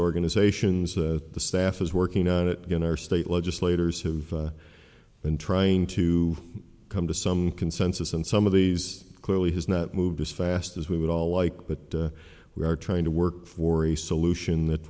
organizations that the staff is working on it in our state legislators have been trying to come to some consensus and some of these clearly has not moved as fast as we would all like but we are trying to work for a solution that